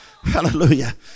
Hallelujah